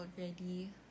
already